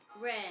Red